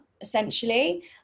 essentially